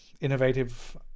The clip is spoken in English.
innovative